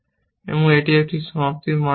এবং এটি একটি সমাপ্তির মানদণ্ড